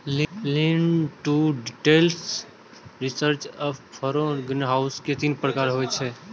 lean to detached, ridge आ furrow greenhouse के तीन प्रकार छियै